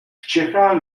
čechách